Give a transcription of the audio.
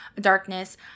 darkness